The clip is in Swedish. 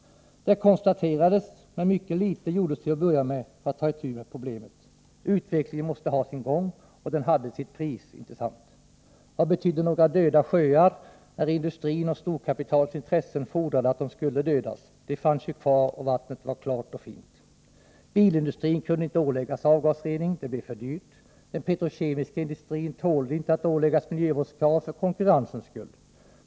Det konstaterades, men mycket litet gjordes för att ta itu med problemet. ”Utvecklingen” måste ha sin gång, och den har haft sitt pris, inte sant? Vad betydde några döda sjöar när industrins och storkapitalets intressen fordrade att de skulle dödas. De fanns ju kvar, och vattnet var klart och fint. Bilindustrin kunde inte åläggas avgasrening — det blev för dyrt! Den petrokemiska industrin tålde inte att åläggas miljövårdskrav för konkurrensens skull!